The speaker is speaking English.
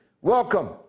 welcome